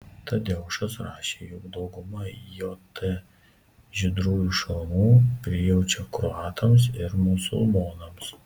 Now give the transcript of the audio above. tadeušas rašė jog dauguma jt žydrųjų šalmų prijaučia kroatams ir musulmonams